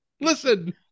Listen